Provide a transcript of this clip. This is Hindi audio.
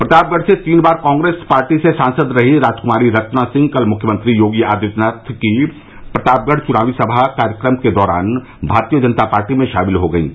प्रतापगढ़ से तीन बार कांग्रेस पार्टी से सांसद रही राजकुमारी रत्ना सिंह कल मुख्यमंत्री योगी आदित्यनाथ की प्रतापगढ़ चुनावी सभा कार्यक्रम के दौरान भारतीय जनता पार्टी में शामिल हो गयीं